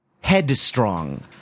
headstrong